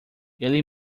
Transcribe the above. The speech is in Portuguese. ele